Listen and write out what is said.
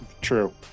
true